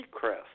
Seacrest